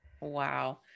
Wow